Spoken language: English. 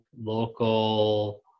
local